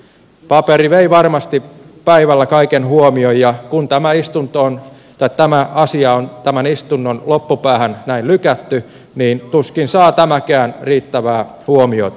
paperi vei varmasti päivällä kaiken huomion ja kun tämä asia on tämän istunnon loppupäähän näin lykätty niin tuskin saa tämäkään riittävää huomiota